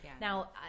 Now